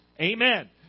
Amen